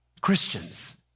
Christians